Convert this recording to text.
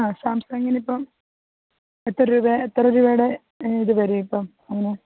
ആ സാംസങ്ങിനിപ്പം എത്ര രൂപ എത്ര രൂപയുടെ ഇതുവരും ഇപ്പം അതിന്